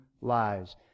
lives